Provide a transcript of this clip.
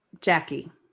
Jackie